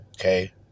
Okay